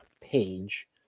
page